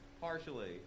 Partially